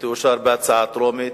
תאושר היום בקריאה טרומית,